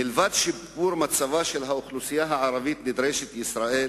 מלבד שיפור מצבה של האוכלוסייה הערבית נדרשת ישראל